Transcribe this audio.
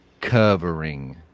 covering